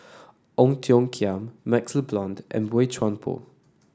Ong Tiong Khiam MaxLe Blond and Boey Chuan Poh